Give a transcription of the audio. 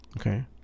okay